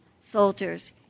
soldiers